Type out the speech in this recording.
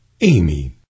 Amy